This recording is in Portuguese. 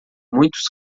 muitos